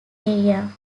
area